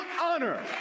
honor